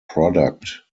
product